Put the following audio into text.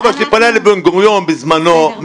אבא שלי פנה לבן גוריון בזמנו --- בסדר,